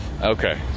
Okay